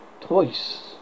Twice